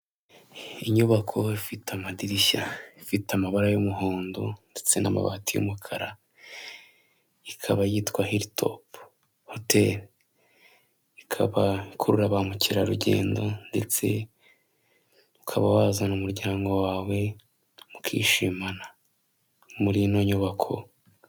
Inyubako ifite amadirishya, ifite amabara y'umuhondo ndetse n'amabati y'umukara, ikaba yitwa hiritopu hoteli ikaba ikurura bamukerarugendo ndetse ukaba wazana umuryango wawe mukishimana muri ino nyubako.